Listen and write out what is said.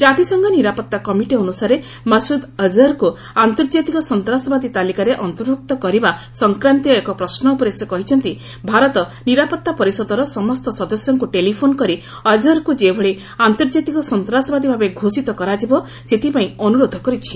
କାତିସଂଘ ନିରାପତ୍ତା କମିଟି ଅନ୍ଦସାରେ ମସ୍ତଦ୍ ଅଜହରକ୍ ଆନ୍ତର୍ଜାତିକ ସନ୍ତାସବାଦୀ ତାଲିକାରେ ଅନ୍ତର୍ଭୁକ୍ତ କରିବା ସଂକ୍ରାନ୍ତୀୟ ଏକ ପ୍ରଶ୍ନ ଉପରେ ସେ କହିଛନ୍ତି ଭାରତ ନିରାପତ୍ତା ପରିଷଦର ସମସ୍ତ ସଦସ୍ୟଙ୍କୁ ଟେଲିଫୋନ୍ କରି ଅଜହରକୁ ଯେଭଳି ଆନ୍ତର୍ଜାତିକ ସନ୍ତାସବାଦୀ ଭାବେ ଘୋଷିତ କରାଯିବ ସେଥିପାଇଁ ଅନ୍ତରୋଧ କରିଛି